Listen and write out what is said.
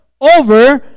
over